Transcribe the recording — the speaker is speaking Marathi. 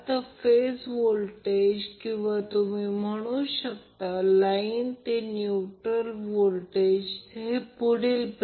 तर लाईन व्होल्टेज VL √3फेज व्होल्टेज मॅग्नेट्यूड हे माहित आहे